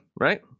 right